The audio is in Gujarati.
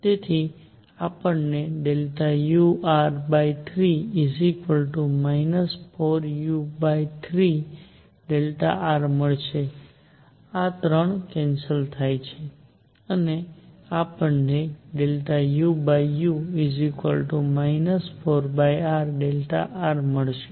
તેથી આપણને ur3 4u3r મળશે આ ૩ કેન્સલ થાય છે અને આપણને uu 4rr મળશે